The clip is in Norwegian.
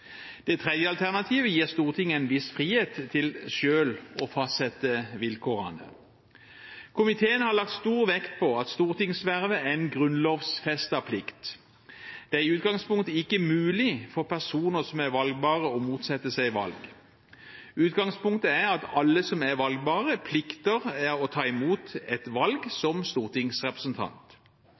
Det tredje alternativet gir Stortinget en viss frihet til selv å fastsette vilkårene. Komiteen har lagt stor vekt på at stortingsvervet er en grunnlovfestet plikt. Det er i utgangspunktet ikke mulig for personer som er valgbare, å motsette seg valg. Utgangspunktet er at alle som er valgbare, plikter å ta imot et valg som stortingsrepresentant.